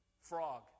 frog